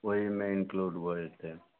ओहिमे इंक्लूड भऽ जेते